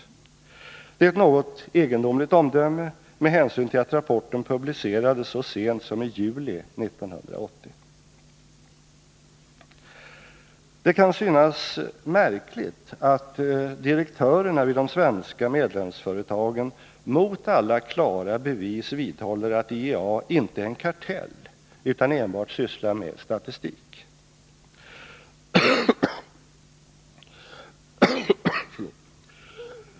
Det är ett något egendomligt omdöme med hänsyn till att rapporten publicerades så sent som i juli 1980. Det kan synas märkligt att direktörerna vid de svenska medlemsföretagen mot alla klara bevis vidhåller att IEA inte är en kartell utan enbart sysslar med statistik.